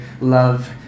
love